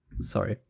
sorry